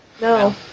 No